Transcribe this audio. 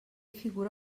figura